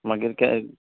मागीर के